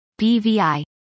BVI